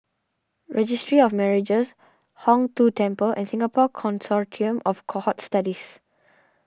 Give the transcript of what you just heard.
Registry of Marriages Hong Tho Temple and Singapore Consortium of Cohort Studies